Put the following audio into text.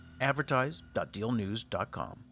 advertise.dealnews.com